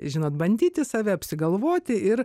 žinot bandyti save apsigalvoti ir